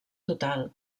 total